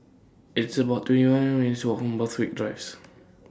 It's about twenty one minutes' Walk Borthwick Drives